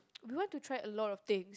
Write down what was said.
we want to try a lot of things